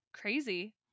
Crazy